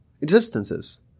existences